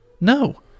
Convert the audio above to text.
No